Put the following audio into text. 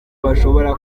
bashobora